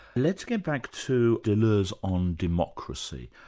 let's get back to deleuze on democracy,